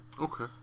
Okay